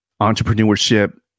entrepreneurship